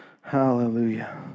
Hallelujah